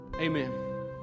Amen